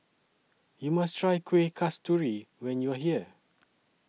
YOU must Try Kueh Kasturi when you're here